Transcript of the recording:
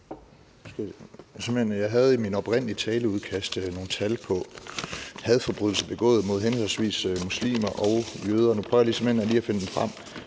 Jeg havde i mit oprindelige taleudkast nogle tal om hadforbrydelser begået mod henholdsvis muslimer og jøder, og nu prøver jeg simpelt hen lige at finde dem frem,